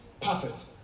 perfect